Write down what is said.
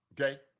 Okay